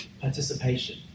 Participation